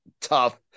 tough